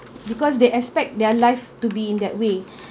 because they expect their life to be in that way